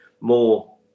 more